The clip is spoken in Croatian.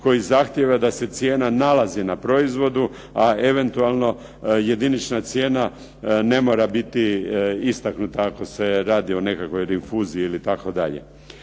koji zahtijeva da se cijena nalazi na proizvodu a eventualno jedinična cijena ne mora biti istaknuta ako se radi o nekakvoj rinfuzi itd.